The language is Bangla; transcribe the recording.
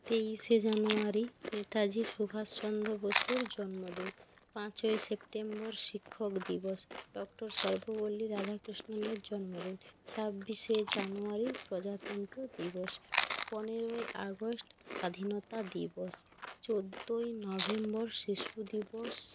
তেইশে জানুয়ারি নেতাজি সুভাষচন্দ্র বসুর জন্মদিন পাঁচই সেপ্টেম্বর শিক্ষক দিবস ডক্টর সর্বপল্লী রাধাকৃষ্ণণের জন্মদিন ছাব্বিশে জানুয়ারি প্রজাতন্ত দিবস পনেরোই আগস্ট স্বাধীনতা দিবস চোদ্দই নভেম্বর শিশু দিবস